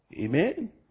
Amen